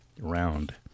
round